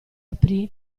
aprí